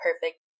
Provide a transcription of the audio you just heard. perfect